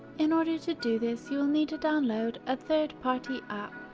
in order to do this, you will need to download a third-party app,